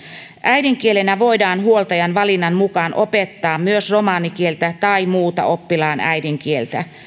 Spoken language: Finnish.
äidinkielenä voidaan huoltajan valinnan mukaan opettaa myös romanikieltä tai muuta oppilaan äidinkieltä